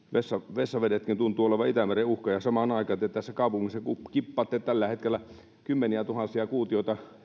vessavedetkin tuntuvat olevan itämeren uhka ja samaan aikaan te tässä kaupungissa kippaatte tällä hetkellä kymmeniä tuhansia kuutioita